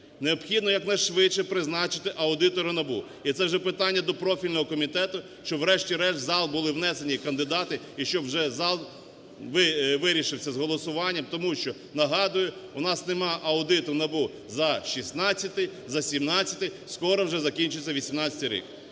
Необхідно якнайшвидше призначити аудитора НАБУ, і це вже питання до профільного комітету, щоб врешті-решт в зал були внесені кандидати і щоб вже зал вирішив це з голосуванням, тому що, нагадую, у нас нема аудиту НАБУ за 16-й, за 17-й, скоро вже закінчиться 18 рік.